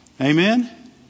Amen